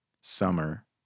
summer